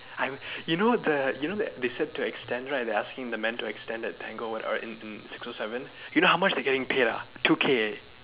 I'm you know the you know the they say to extend right they asking the man to extend the Tango are in in six o seven you know how much they getting paid ah two K eh